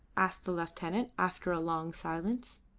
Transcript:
asked the lieutenant, after a long silence.